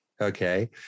okay